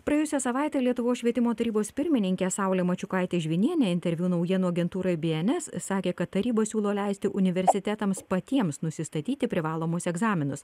praėjusią savaitę lietuvos švietimo tarybos pirmininkė saulė mačiukaitė žvinienė interviu naujienų agentūrai bns sakė kad taryba siūlo leisti universitetams patiems nusistatyti privalomus egzaminus